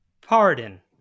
Pardon